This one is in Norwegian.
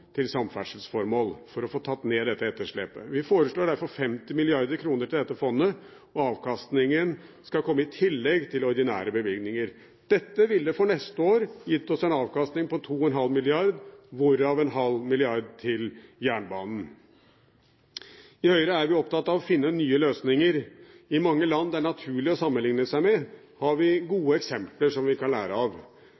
til samferdselsformål for å få tatt med dette etterslepet. Vi foreslår derfor 50 mrd. kr til dette fondet, og avkastningen skal komme i tillegg til ordinære bevilgninger. Dette ville for neste år gitt oss en avkastning på 2,5 mrd. kr, hvorav 500 mill. kr til jernbanen. I Høyre er vi opptatt av å finne nye løsninger. I mange land det er naturlig å sammenligne med, har de gode eksempler som vi